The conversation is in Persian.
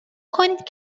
کنید